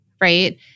right